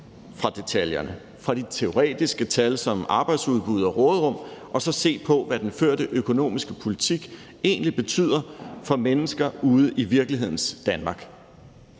fra detaljerne, fra de teoretiske tal for arbejdsudbud og råderum, og så se på, hvad den førte økonomiske politik egentlig betyder for mennesker ude i virkelighedens Danmark.